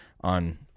on